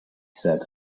said